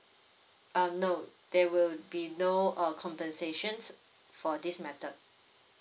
uh no there will be no uh compensation for this matter